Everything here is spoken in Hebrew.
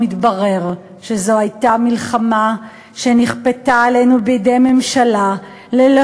ומתברר שזו הייתה מלחמה שנכפתה עלינו בידי ממשלה ללא